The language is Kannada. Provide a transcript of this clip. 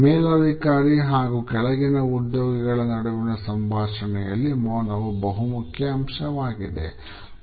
ಮೇಲಧಿಕಾರಿ ಹಾಗೂ ಕೆಳಗಿನ ಉದ್ಯೋಗಿಗಳ ನಡುವಿನ ಸಂಭಾಷಣೆಯಲ್ಲಿ ಮೌನವು ಬಹುಮುಖ್ಯ ಅಂಶವಾಗಿದೆ